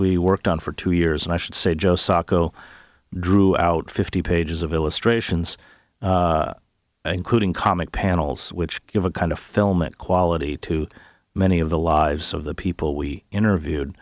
we worked on for two years and i should say joe sako drew out fifty pages of illustrations including comic panels which give a kind of filmic quality to many of the lives of the people we interviewed